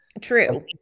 True